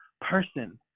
person